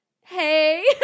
Hey